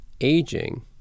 aging